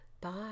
Bye